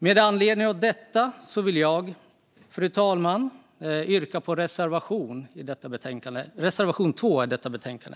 Med anledning av detta vill jag yrka bifall till reservation 2 i detta betänkande.